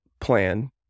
plan